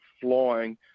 flying